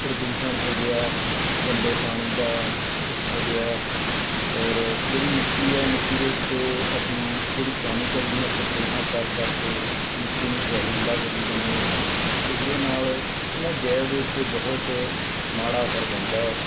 ਪ੍ਰਦੂਸ਼ਣ ਹੋ ਗਿਆ ਗੰਦੇ ਪਾਣੀ ਦਾ ਹੋ ਗਿਆ ਔਰ ਜਿਹੜੀ ਮਿੱਟੀ ਹੈ ਮਿੱਟੀ ਦੇ ਉੱਤੇ ਅਸੀਂ ਜਿਹੜੀ ਕੈਮੀਕਲ ਦੀਆਂ ਸਪਰੇਹਾਂ ਕਰ ਕਰਕੇ ਮਿੱਟੀ ਨੂੰ ਜ਼ਹਿਰੀਲਾ ਕਰੀ ਜਾਂਦੇ ਹੈ ਉਸਦੇ ਨਾਲ ਇਨ੍ਹਾਂ ਜੈਵ ਦੇ ਉੱਤੇ ਬਹੁਤ ਮਾੜਾ ਅਸਰ ਪੈਂਦਾ ਹੈ